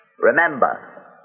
Remember